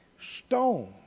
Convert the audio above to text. stone